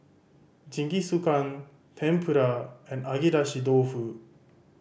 Jingisukan Tempura and Agedashi Dofu